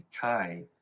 Kai